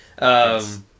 Yes